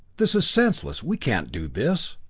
this is senseless we can't do this!